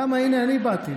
הינה, אני באתי.